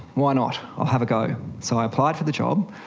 why not, i'll have a go. so i applied for the job.